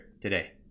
today